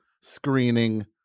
screening